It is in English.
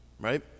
Right